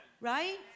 right